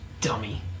Dummy